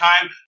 time